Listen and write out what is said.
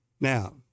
Now